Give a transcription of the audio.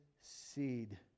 seed